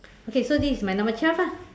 okay so this is my number twelve ah